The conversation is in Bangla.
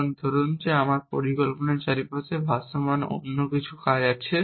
এখন ধরুন আমি আমার পরিকল্পনার চারপাশে ভাসমান অন্য কিছু কাজ আছে